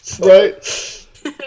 right